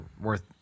worth